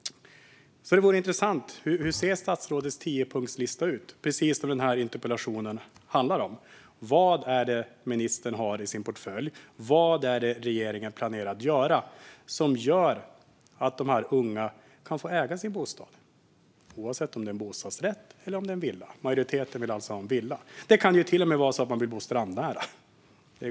Det vore intressant att få se hur statsrådets tiopunktslista ser ut, det vill säga precis vad den här interpellationen handlar om. Vad har ministern i sin portfölj? Vad planerar regeringen att göra så att de unga kan få äga sin bostad, oavsett om det är en bostadsrätt eller villa? Majoriteten vill ha en villa. Det kan till och med vara så att de vill bo strandnära.